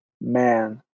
Man